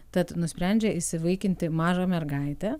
tad nusprendžia įsivaikinti mažą mergaitę